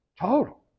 total